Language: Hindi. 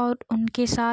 और उनके साथ